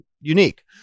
unique